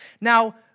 Now